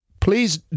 please